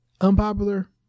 unpopular